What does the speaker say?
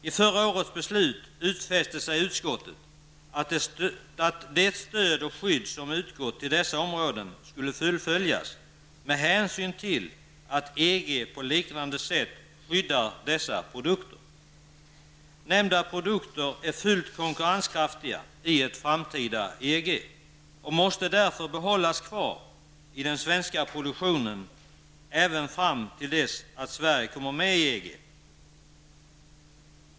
I förra årets beslut utfäste sig utskottet att se till att det stöd och skydd som utgått till dessa områden skulle fullföljas med hänsyn till att EG på liknande sätt skyddar dessa produkter. Nämnda produkter är fullt konkurrenskraftiga i ett framtida EG och måste därför behållas i den svenska produktionen även fram till dess att Sverige kommer med i EG.